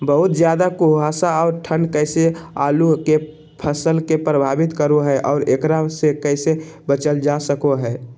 बहुत ज्यादा कुहासा और ठंड कैसे आलु के फसल के प्रभावित करो है और एकरा से कैसे बचल जा सको है?